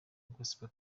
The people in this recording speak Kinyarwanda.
gospel